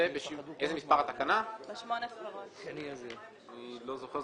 אני לא זוכר.